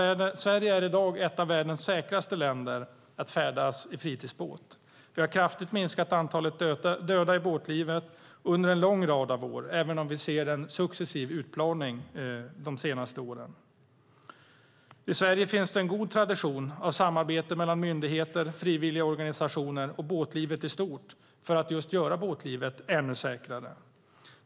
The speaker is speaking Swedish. Sverige är i dag ett av världens säkraste länder för den som färdas i fritidsbåt. Vi har kraftigt minskat antalet döda i båtlivet under en lång rad av år, även om vi sett en successiv utplaning de senaste åren. I Sverige finns det en god tradition av samarbete mellan myndigheter, frivilliga organisationer och båtlivet i stort för att just göra båtlivet ännu säkrare.